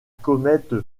comète